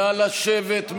נא לשבת,